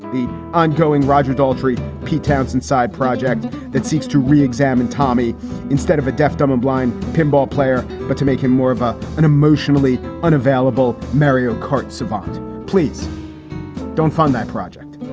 the ongoing roger daltry pete townsend side project that seeks to re-examine tommy instead of a deaf, dumb and blind pinball player, but to make him more of ah an emotionally unavailable mario kart savant please don't fund that project.